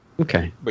Okay